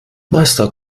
meister